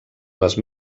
les